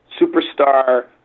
superstar